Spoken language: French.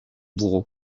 bourreau